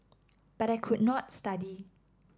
but I could not study